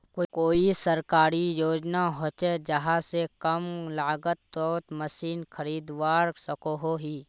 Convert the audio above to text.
कोई सरकारी योजना होचे जहा से कम लागत तोत मशीन खरीदवार सकोहो ही?